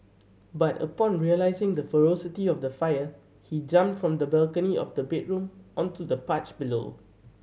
but upon realising the ferocity of the fire he jumped from the balcony of the bedroom onto the porch below